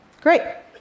Great